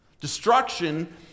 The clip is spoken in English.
destruction